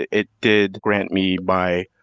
it did grant me my